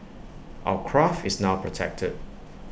our craft is now protected